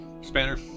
Spanner